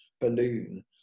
balloon